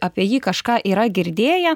apie jį kažką yra girdėję